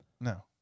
No